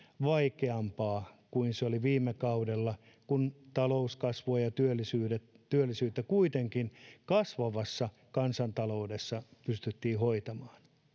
vaikeampaa kuin oli viime kaudella kun talouskasvua ja työllisyyttä kuitenkin kasvavassa kansantaloudessa pystyttiin hoitamaan